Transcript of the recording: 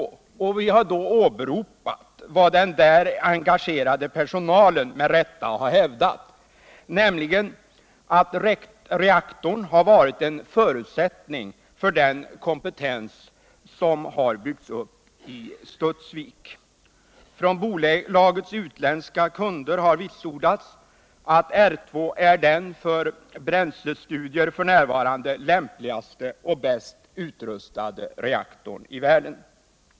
Vi har då åberopat vad den engagerade personalen med rätta har hävdat, nämligen att reaktorn har varit en förutsättning för den kompetens som byggts upp i Studsvik. Från bolagets utländska kunder har vitsordats att R 2 är den för bränslestudier f. n. lämpligaste och bäst utrustade reaktorn i världen.